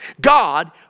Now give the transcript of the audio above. God